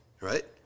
Right